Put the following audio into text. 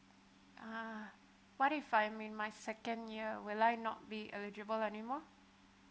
ah what if I'm in my second year will I not be eligible anymore